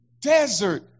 desert